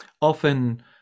Often